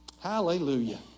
Hallelujah